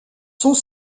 sont